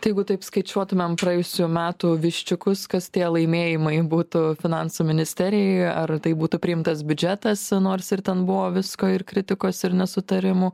tai jeigu taip skaičiuotumėm praėjusių metų viščiukus kas tie laimėjimai būtų finansų ministerijoje ar tai būtų priimtas biudžetas nors ir ten buvo visko ir kritikos ir nesutarimų